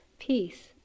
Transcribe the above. Peace